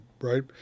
right